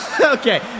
okay